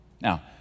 Now